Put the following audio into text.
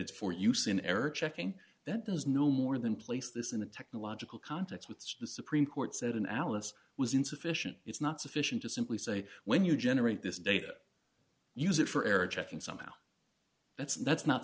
it's for use in error checking that there is no more than place this in a technological context with the supreme court said in alice was insufficient it's not sufficient to simply say when you generate this data use it for error checking something that's that's not